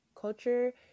culture